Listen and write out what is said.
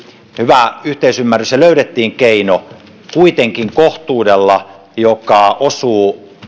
hyvä yhteisymmärrys ja löydettiin kuitenkin kohtuudella keino joka osuu